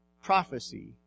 prophecy